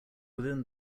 within